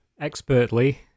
expertly